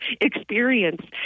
experience